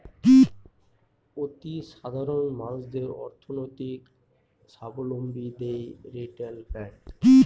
অতি সাধারণ মানুষদের অর্থনৈতিক সাবলম্বী দেয় রিটেল ব্যাঙ্ক